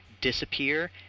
disappear